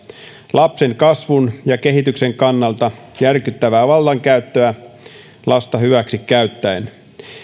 lapsen kasvun ja kehityksen kannalta järkyttävää vallankäyttöä lasta hyväksi käyttäen